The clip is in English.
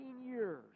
years